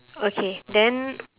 okay then